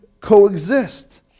coexist